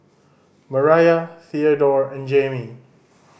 Mariah Theadore and Jamey